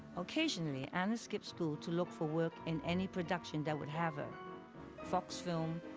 occasionally, anna skipped school to look for work in any production that would have her fox film.